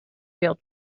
real